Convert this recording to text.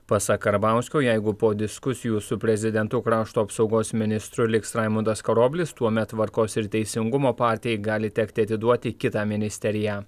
pasak karbauskio jeigu po diskusijų su prezidentu krašto apsaugos ministru liks raimundas karoblis tuomet tvarkos ir teisingumo partijai gali tekti atiduoti kitą ministeriją